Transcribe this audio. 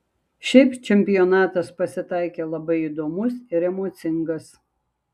šiaip čempionatas pasitaikė labai įdomus ir emocingas